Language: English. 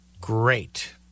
great